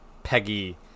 peggy